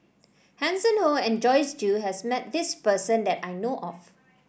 Hanson Ho and Joyce Jue has met this person that I know of